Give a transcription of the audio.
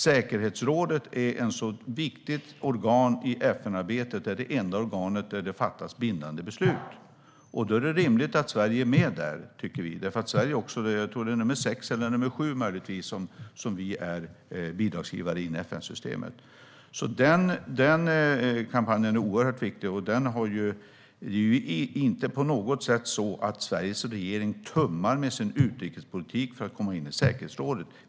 Säkerhetsrådet är ett mycket viktigt organ i FN-arbetet, och det är det enda organ där det fattas bindande beslut. Då är det rimligt att Sverige är med där, tycker vi. Sverige är nämligen den sjätte eller sjunde största bidragsgivaren i FN-systemet. Därför är denna kampanj oerhört viktig. Det är inte på något sätt så att Sveriges regering tummar på sin utrikespolitik för att komma in i säkerhetsrådet.